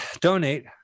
donate